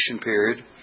period